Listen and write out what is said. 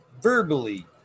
verbally